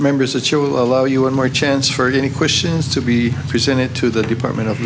members a chair will allow you one more chance for any questions to be presented to the department of